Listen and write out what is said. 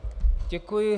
Děkuji.